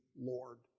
Lord